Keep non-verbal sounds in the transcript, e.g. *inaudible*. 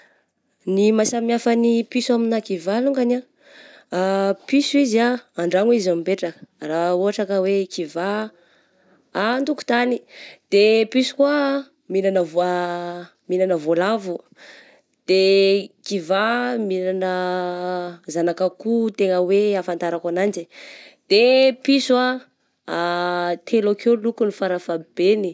Ny maha samy hafa ny piso amigna kivà longany ah *hesitation* piso izy ah an-dragno izy mipetraka, raha ohatra ka hoe kivà an-tokotagny, de piso koa mihignana voa-a-mihignana voalavo, de i kivà mihignana zanak'akoho tegna hoe ahafantarako ananjy eh, de piso ah *hesitation* telo akeo lokony farafahaegny.